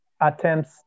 attempts